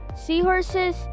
seahorses